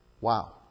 Wow